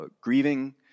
grieving